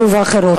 אלה ואחרות.